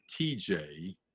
TJ